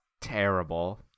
terrible